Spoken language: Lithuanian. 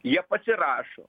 jie pasirašo